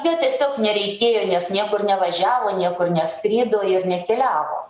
jo tiesiog nereikėjo nes niekur nevažiavo niekur neskrido ir nekeliavo